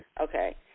okay